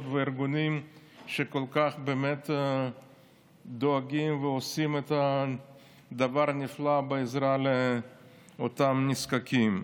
והארגונים שבאמת כל כך דואגים ועושים את הדבר הנפלא בעזרה לאותם נזקקים.